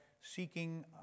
seeking